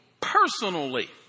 personally